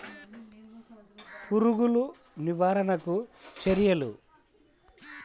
పురుగులు నివారణకు చర్యలు?